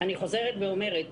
אני חוזרת ואומרת,